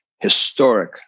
historic